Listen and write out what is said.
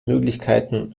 möglichkeiten